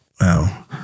Wow